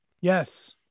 Yes